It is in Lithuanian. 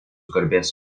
garbės